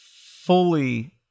fully